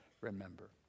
remember